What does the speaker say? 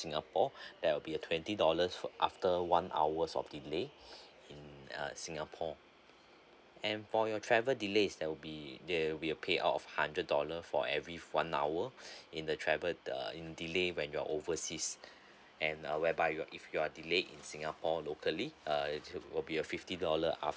singapore there will be a twenty dollars for after one hours of delay um uh singapore and for your travel delays there will be there will pay of hundred dollar for every for one hour in the travel uh in delay when you're overseas and uh whereby your if your delay in singapore locally uh it will be a fifty dollar after